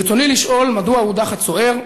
ברצוני לשאול: 1. מדוע הודח הצוער?